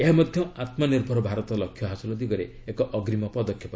ଏହା ମଧ୍ୟ ଆତ୍ମନିର୍ଭର ଭାରତ ଲକ୍ଷ୍ୟ ହାସଲ ଦିଗରେ ଏକ ଅଗ୍ରିମ ପଦକ୍ଷେପ